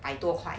百多块